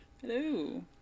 Hello